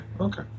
okay